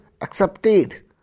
accepted